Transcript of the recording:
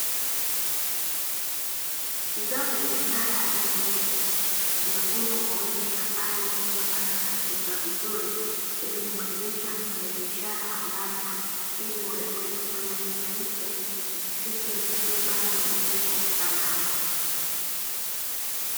Zao la biashara aina ya nyanya zimevunwa kwa wingi shambani, zikiwa bado hazijaiva vizuri, ili kumwezesha mfanyabiashara ambaye anasafiri muda mrefu kwenda nje ya nchi, zifike zikiwa bado ziko salama.